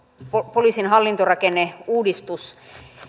poliisin hallintorakenneuudistus